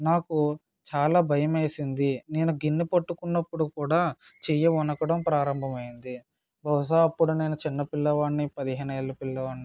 నాకు చాలా భయం వేసింది నేను గిన్నె పట్టుకున్నప్పుడు కూడా చెయ్యి వణకడం ప్రారంభం అయ్యింది బహుశా అప్పుడు నేను చిన్నపిల్లవాడిని పదిహేను ఏళ్ళ పిల్లవాడిని